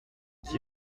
qui